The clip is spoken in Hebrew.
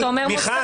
אתה אומר מוסד.